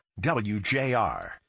wjr